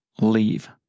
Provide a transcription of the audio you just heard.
leave